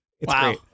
Wow